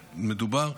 שמדובר,